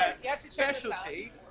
specialty